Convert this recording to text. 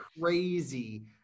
crazy